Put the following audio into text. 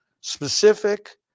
specific